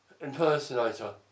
impersonator